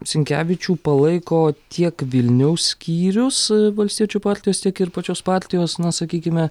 sinkevičių palaiko tiek vilniaus skyrius valstiečių partijos tiek ir pačios partijos na sakykime